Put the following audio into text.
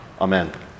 Amen